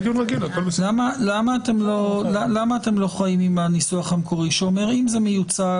למה אתם לא חיים עם הניסוח המקורי שאומר שאם זה מיוצג